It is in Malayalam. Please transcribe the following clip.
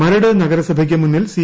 മരട് നഗരസഭയ്ക്ക് മുന്നിൽ സി